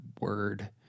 word